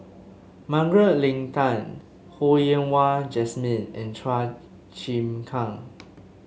Margaret Leng Tan Ho Yen Wah Jesmine and Chua Chim Kang